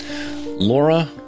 Laura